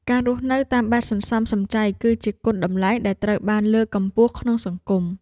ការរស់នៅតាមបែបសន្សំសំចៃ គឺជាគុណតម្លៃដែលត្រូវបានលើកកម្ពស់ក្នុងសង្គម។